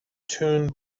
tun